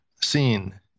seen